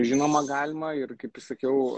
žinoma galima ir kaip ir sakiau